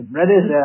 Brothers